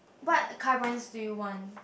what car brands do you want